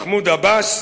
מחמוד עבאס,